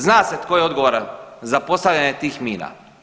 Zna se tko je odgovoran za postavljanje tih mina.